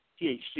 THC